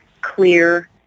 clear